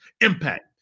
Impact